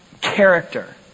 character